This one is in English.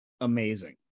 amazing